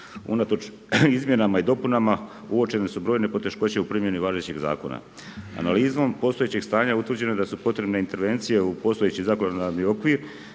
Unatoč izmjenama i dopunama uočene su brojne poteškoće u primjeni važećeg Zakona. Analizom postojećeg stanja utvrđeno je da su potrebne intervencije u postojeći zakonodavni okvir